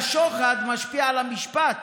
איך השוחד משפיע על המשפט